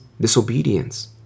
disobedience